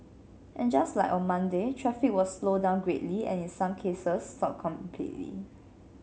and just like on Monday traffic was slowed down greatly and in some cases stopped completely